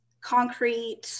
concrete